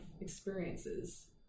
experiences